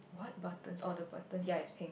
what buttons oh the buttons ya it's pink